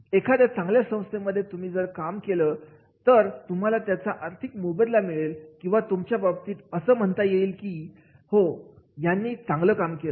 एका चांगल्या संस्थेमध्ये तुम्ही जर काम चांगलं केलं असेल तर तुम्हाला त्याचा आर्थिक मोबदला मिळेल किंवा तुमच्या बाबतीत असं म्हणलं जाईल कि हो यांनी चांगलं काम केलं